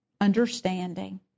understanding